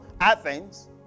Athens